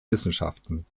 wissenschaften